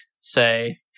say